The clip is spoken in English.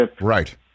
Right